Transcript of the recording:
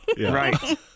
Right